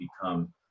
become